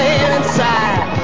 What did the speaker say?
inside